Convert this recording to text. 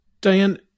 Diane